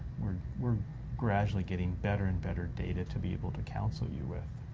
we're we're gradually getting better and better data to be able to counsel you with.